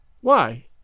Why